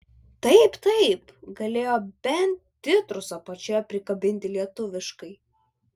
taip taip galėjo bent titrus apačioje prikabinti lietuviškai